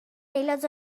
aelod